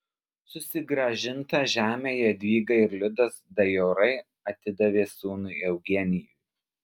susigrąžintą žemę jadvyga ir liudas dajorai atidavė sūnui eugenijui